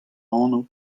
anv